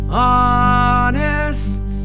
honest